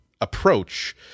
approach